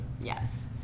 Yes